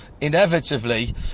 inevitably